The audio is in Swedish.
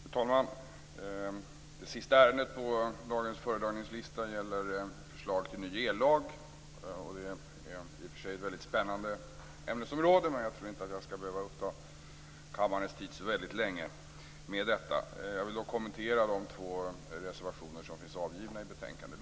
Fru talman! Det sista ärendet på dagens föredragningslista gäller förslag till ny ellag. Det är i och för sig ett mycket spännande ämnesområde, men jag tror inte att jag skall behöva uppta kammarens tid särskilt länge med detta. Jag vill kommentera de två reservationer som finns avgivna i betänkandet.